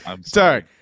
Sorry